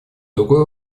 другой